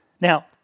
Now